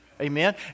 Amen